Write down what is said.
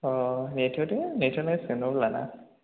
औ नेथ'दो नेथ'नांसिगोन अब्ला ना